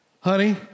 Honey